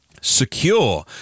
secure